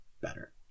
better